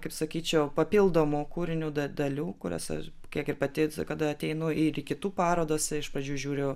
kaip sakyčiau papildomu kūrinio dalių kurias aš kiek ir pati kada ateinu ir į kitų parodas iš pradžių žiūriu